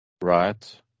Right